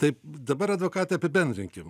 taip dabar advokate apibendrinkim